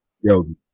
Yogi